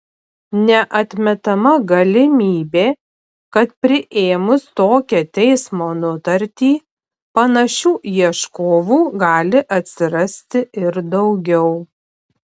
neatmetama galimybė kad priėmus tokią teismo nutartį panašių ieškovų gali atsirasti ir daugiau